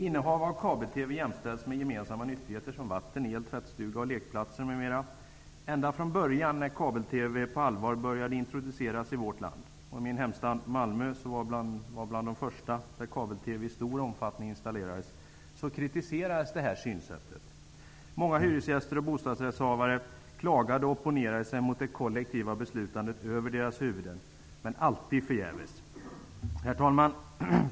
Innehav av kabel-TV jämställs med gemensamma nyttigheter som vatten, el, tvättstuga, lekplatser, m.m. Ända från början när kabel-TV på allvar började introduceras i vårt land -- min hemstad Malmö var en av de första där kabel-TV i stor omfattning installerades -- kritiserades det här synsättet. Många hyresgäster och bostadsrättshavare klagade och opponerade sig mot det kollektiva beslutandet över deras huvuden men alltid förgäves. Herr talman!